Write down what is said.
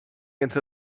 into